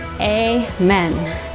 amen